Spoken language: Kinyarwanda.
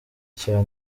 cyane